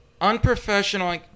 unprofessional